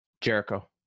Jericho